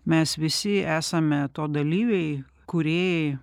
mes visi esame to dalyviai kūrėjai